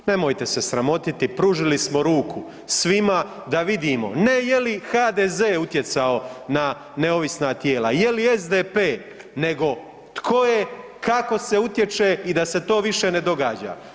Nemojte se sramotiti pružili smo ruku svima da vidimo, ne je li HDZ utjecao na neovisna tijela, je li SDP, nego tko je kako se utječe i da se to više ne događa.